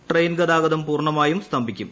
train ഗതാഗഗതം പൂർണമായും സ്തംഭിക്കും